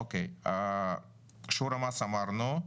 אישור מס אמרנו.